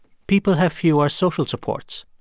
people have fewer social supports.